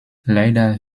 leider